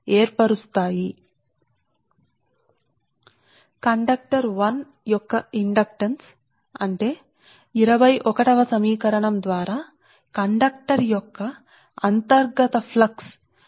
కాబట్టి కండక్టర్ 1 యొక్క ఇండక్టెన్స్ అంటేఈ కండక్టర్ సరే అంతర్గత ప్లక్స్ కారణంగా21 సమీకరణం ద్వారా ఇవ్వబడనిది ఇది half ½ x 10 7 మీటర్ కు హెన్రీ అని చూశాము సరే